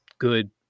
Good